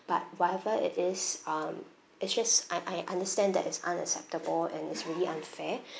but whatever it is um it's just I I understand that is unacceptable and it's really unfair